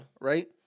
Right